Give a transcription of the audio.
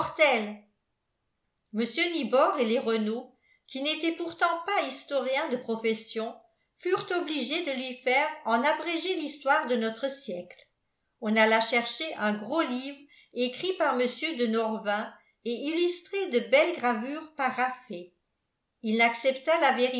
mr nibor et les renault qui n'étaient pourtant pas historiens de profession furent obligés de lui faire en abrégé l'histoire de notre siècle on alla chercher un gros livre écrit par mr de norvins et illustré de belles gravures par raffet il n'accepta la